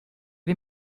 les